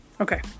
okay